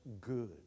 good